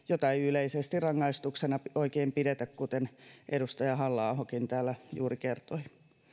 jota ei yleisesti rangaistuksena oikein pidetä kuten edustaja halla ahokin täällä juuri kertoi